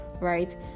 right